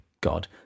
God